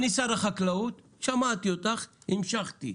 אני שר החקלאות, שמעתי אותך, המשכתי.